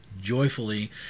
joyfully